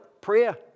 Prayer